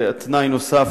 תנאי נוסף,